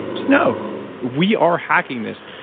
just know we are hacking this.